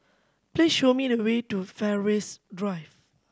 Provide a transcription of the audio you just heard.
please show me the way to Fairways Drive